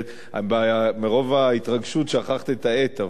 מרוב התרגשות שכחת את העט.